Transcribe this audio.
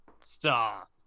Stop